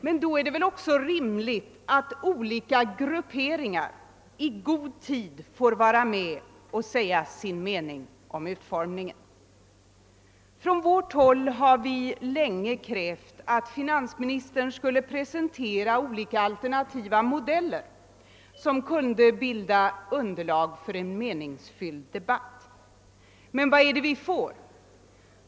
Men då är det väl också rimligt att olika grupperingar i god tid får vara med och säga sin mening om utformningen? Från vårt håll har vi länge krävt att finansministern skulle presentera olika alternativa modeller som kunde bilda underlag för en meningsfylld debatt. Men vad är det vi får?